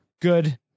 good